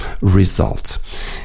result